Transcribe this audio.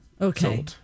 Okay